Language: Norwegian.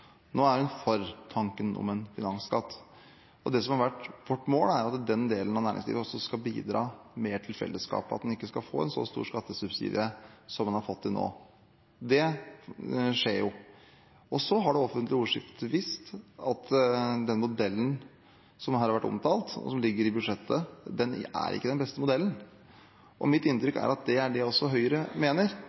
Nå er hun for tanken om en finansskatt. Det som har vært vårt mål, er at den delen av næringslivet også skal bidra mer til fellesskapet, at en ikke skal få en så stor skattesubsidie som en har fått til nå. Det skjer jo. Og så har det offentlige ordskiftet vist at den modellen som her har vært omtalt, og som ligger i budsjettet, ikke er den beste modellen. Mitt inntrykk er at det er det også Høyre mener.